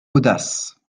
audace